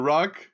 Rock